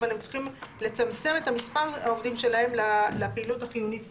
אבל הם צריכים לצמצם את מספר העובדים שלהם לפעילות החיונית בלבד.